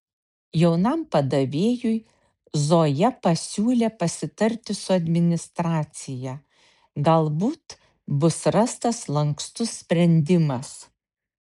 jaunam padavėjui zoja pasiūlė pasitarti su administracija galbūt bus rastas lankstus sprendimas